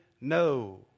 no